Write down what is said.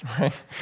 right